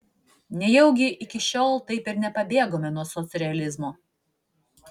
nejaugi iki šiol taip ir nepabėgome nuo socrealizmo